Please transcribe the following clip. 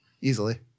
Easily